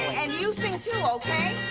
and you sing too, okay?